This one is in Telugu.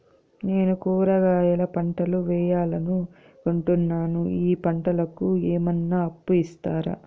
నేను కూరగాయల పంటలు వేయాలనుకుంటున్నాను, ఈ పంటలకు ఏమన్నా అప్పు ఇస్తారా?